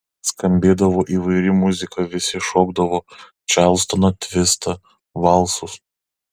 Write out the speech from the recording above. skambėdavo įvairi muzika visi šokdavo čarlstoną tvistą valsus